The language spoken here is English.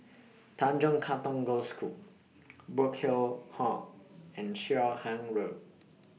Tanjong Katong Girls' School Burkill Hall and Cheow Keng Road